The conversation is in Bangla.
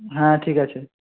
হ্যাঁ ঠিক আছে